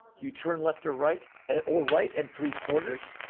you turn left or right. and or right-and-three-quarters?